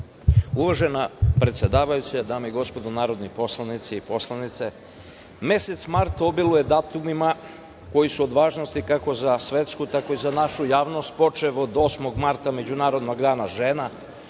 Uvažena predsedavajuća, dame i gospodo narodni poslanici i poslanice, mesec mart obiluje datumima koji su od važnosti kako za svetsku tako i za našu javnost počev od 8. marta, Međunarodnog dana žena,